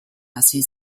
hazi